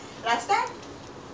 okay no problem